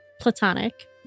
platonic